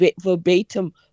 verbatim